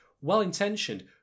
well-intentioned